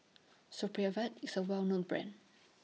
Supravit IS A Well known Brand